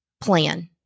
plan